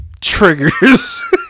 triggers